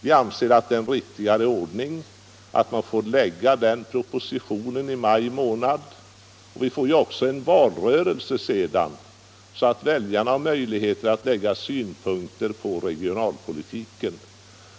Vi anser att det är en riktigare ordning att regeringen får lägga fram propositionen i maj månad. Vi får ju sedan också en valrörelse, så att väljarna har möjlighet att anlägga synpunkter på regionalpolitiken.